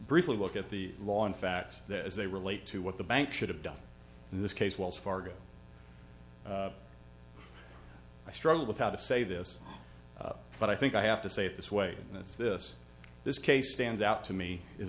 briefly look at the law and facts that as they relate to what the bank should have done in this case wells fargo i struggle with how to say this but i think i have to say it this way and this is this this case stands out to me is